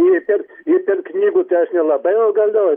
įpirkt įpirkt knygų tai aš nelabai jau galiu